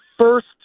first